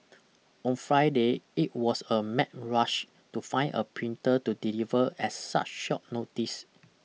on Friday it was a mad rush to find a printer to deliver at such short notice